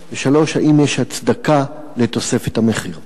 3. האם יש הצדקה לתוספת המחיר?